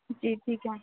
جی ٹھیک ہے